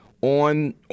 on